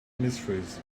mysteries